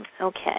Okay